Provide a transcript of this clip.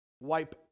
wipe